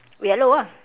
yellow ah